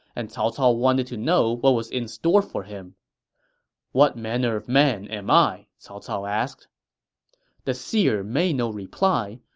and cao cao wanted to know what was in store for him what manner of man am i? cao cao asked the seer made no reply,